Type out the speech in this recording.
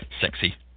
sexy